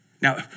Now